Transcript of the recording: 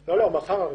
מחר.